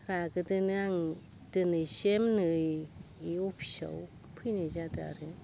रागाजोंनो आं दिनैसिम नै बे अफिसआव फैनाय जादों आरो